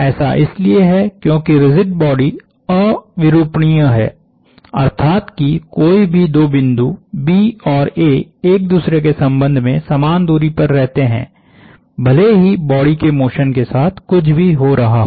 ऐसा इसलिए है क्योंकि रिजिड बॉडी अविरूपणीय है अर्थात् कि कोई भी दो बिंदु B और A एक दूसरे के संबंध में समान दूरी पर रहते हैं भले ही बॉडी के मोशन के साथ कुछ भी हो रहा हो